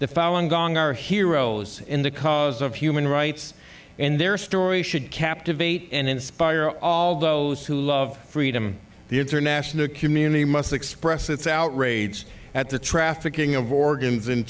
our heroes in the cause of human rights and their story should captivate and inspire all those who love freedom the international community must express its outrage at the trafficking of organs in